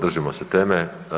Držimo se teme.